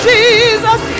Jesus